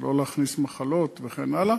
שלא להכניס מחלות וכן הלאה,